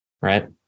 right